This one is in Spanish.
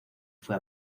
fue